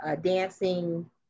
dancing